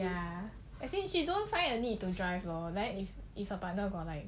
actually she don't find a need to drive lor if her partner got like